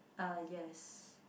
uh yes